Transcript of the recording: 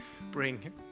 Bring